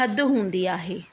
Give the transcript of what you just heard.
थधि हूंदी आहे